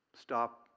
stop